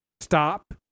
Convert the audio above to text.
stop